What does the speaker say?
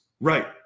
Right